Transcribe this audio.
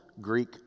Greek